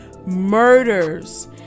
murders